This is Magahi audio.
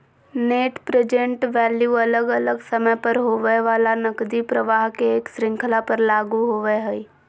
नेट प्रेजेंट वैल्यू अलग अलग समय पर होवय वला नकदी प्रवाह के एक श्रृंखला पर लागू होवय हई